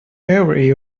every